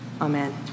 Amen